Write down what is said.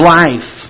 life